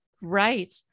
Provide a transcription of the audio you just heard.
Right